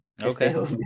Okay